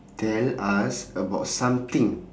tell us about something